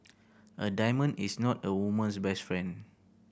a diamond is not a woman's best friend